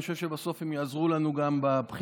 אני חושב שבסוף הם יעזרו לנו גם בבחירות,